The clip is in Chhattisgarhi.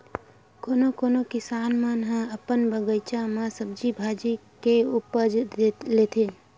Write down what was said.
कोनो कोनो किसान मन ह अपन बगीचा म सब्जी भाजी के उपज लेथे